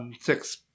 six